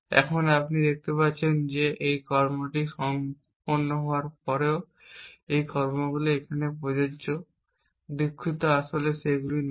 এখন আপনি দেখতে পাচ্ছেন যে এই কর্মটি সম্পন্ন করার পরেও এই কর্মগুলি এখনও প্রযোজ্য দুঃখিত আসলে সেগুলি নয়